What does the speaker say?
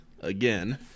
again